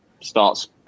starts